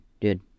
dude